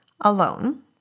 alone